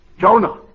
Jonah